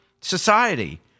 society